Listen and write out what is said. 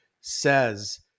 says